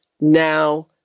now